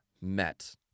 met